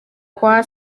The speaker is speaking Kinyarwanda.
kwa